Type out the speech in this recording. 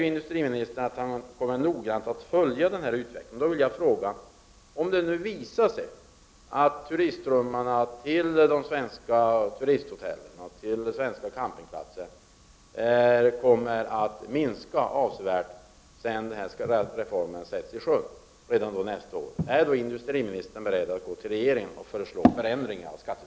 Är industriministern beredd att gå till regeringen och föreslå förändringar i skattesystemet, om det visar sig att turistströmmarna till de svenska hotellen och campingplatserna kommer att minska avsevärt efter det att reformen nästa år sätts i sjön?